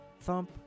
Thump